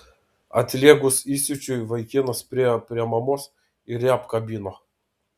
atlėgus įsiūčiui vaikinas priėjo prie mamos ir ją apkabino